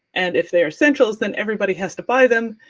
and if they're essentials, then everybody has to buy them,